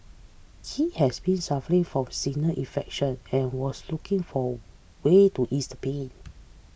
he has been suffering from sinus infection and was looking for way to ease the pain